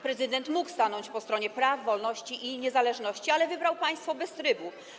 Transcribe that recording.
Prezydent mógł stanąć po stronie praw, wolności i niezależności, ale wybrał państwo bez trybu.